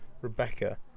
Rebecca